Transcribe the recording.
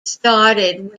started